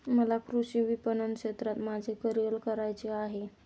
मला कृषी विपणन क्षेत्रात माझे करिअर करायचे आहे